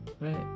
right